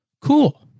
cool